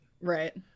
Right